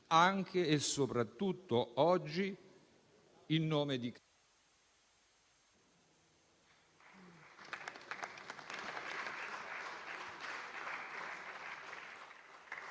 anche e soprattutto oggi, in nome di